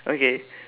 okay